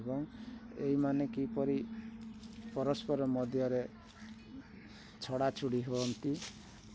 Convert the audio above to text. ଏବଂ ଏମାନେ କିପରି ପରସ୍ପର ମଧ୍ୟରେ ଛଡ଼ା ଛୁଡ଼ି ହୁଅନ୍ତି